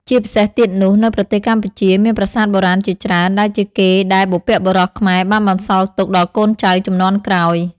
ជាពិសេសទៀតនោះនៅប្រទេសកម្ពុជាមានប្រាសាទបុរាណជាច្រើនដែលជាកេរ្តិ៍ដែលបុព្វបុរសខ្មែរបានបន្សល់ទុកដល់កូនចៅជំនាន់ក្រោយ។